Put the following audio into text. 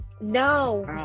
no